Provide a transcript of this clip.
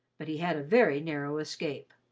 but he had a very narrow escape.